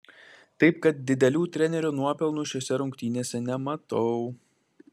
taip kad didelių trenerio nuopelnų šiose rungtynėse nematau